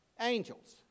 angels